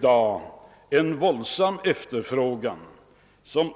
"Den stora efterfrågan